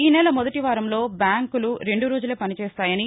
ఈ నెల మొదటివారంలో బ్యాంకులు రెండు రోజులే పనిచేస్తాయని